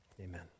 Amen